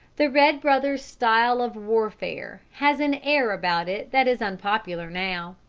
the red brother's style of warfare has an air about it that is unpopular now.